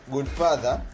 Goodfather